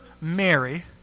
Mary